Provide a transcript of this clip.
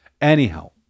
Anyhow